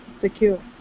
secure